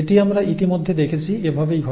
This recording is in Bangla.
এটি আমরা ইতিমধ্যে দেখেছি এভাবেই ঘটে